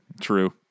true